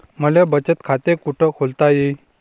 मले बचत खाते कुठ खोलता येईन?